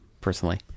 personally